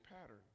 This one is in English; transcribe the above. pattern